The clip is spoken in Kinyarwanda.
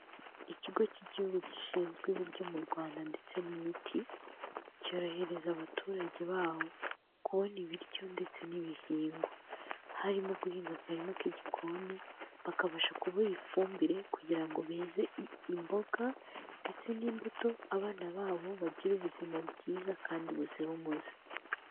Ikigo cy'igihugu gishinzwe ibiryo mu Rwanda ndetse n'imiti, cyorohereza abaturage baho, kubona ibiryo ndetse n'ibihingwa. Harimo guhinga akarima k'igikoni, bakabasha kubaha ifumbire, kugira ngo beze imboga ndetse n'imbuto, abana babo bagire ubuzima bwiza, kandi buzira umuze.